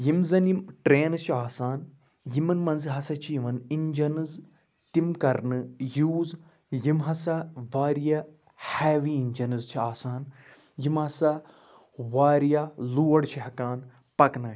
یِم زَن یِم ٹرٛینہٕ چھِ آسان یِمَن منٛز ہَسا چھِ یِوان اِنجَنٕز تِم کَرنہٕ یوٗز یِم ہَسا واریاہ ہیوی اِنجنٕز چھِ آسان یِم ہَسا واریاہ لوڑ چھِ ہٮ۪کان پَکنٲوِتھ